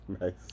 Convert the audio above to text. Nice